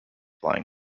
flying